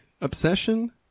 obsession